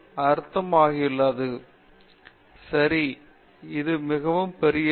பேராசிரியர் பிரதாப் ஹரிதாஸ் சரி பெரியது